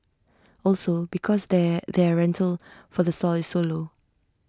also because their their rental for the stall is so low